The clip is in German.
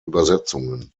übersetzungen